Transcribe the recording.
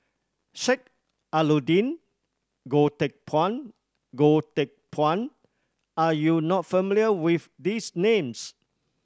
Sheik Alau'ddin Goh Teck Phuan Goh Teck Phuan are you not familiar with these names